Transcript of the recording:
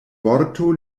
vorto